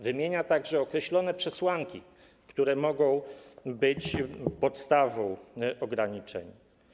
Wymieniono w niej także określone przesłanki, które mogą być podstawą ograniczeń.